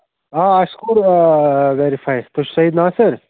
آ اَسہِ کوٚر آ ویرِفاے تُہۍ چھُو سعید ناسر